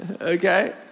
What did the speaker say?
Okay